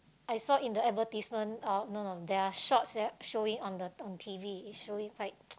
I saw in the advertisement uh no no their shops showing on the on T_V it showing like